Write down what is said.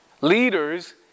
leaders